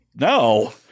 No